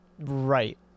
right